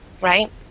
Right